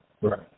Right